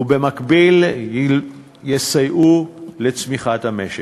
ובמקביל יסייעו לצמיחת המשק.